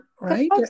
Right